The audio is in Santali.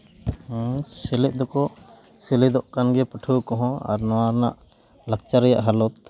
ᱱᱚᱣᱟ ᱥᱮᱞᱮᱫ ᱫᱚᱠᱚ ᱥᱮᱞᱮᱫᱚᱜ ᱠᱟᱱ ᱜᱮᱭᱟ ᱯᱟᱹᱴᱷᱩᱣᱟᱹ ᱠᱚᱦᱚᱸ ᱟᱨ ᱱᱚᱣᱟ ᱨᱮᱱᱟᱜ ᱞᱟᱠᱪᱟᱨ ᱨᱮᱭᱟᱜ ᱦᱟᱞᱚᱛ